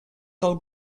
del